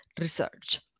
research